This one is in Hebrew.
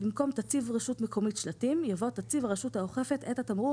- במקום "תציב רשות מקומית שלטים" יבוא "תציב הרשות האוכפת את התמרור